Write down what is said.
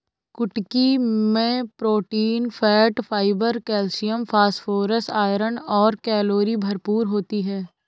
कुटकी मैं protein, fat, fibre, calcium, phosphorus, iron और कैलोरी भरपूर होती है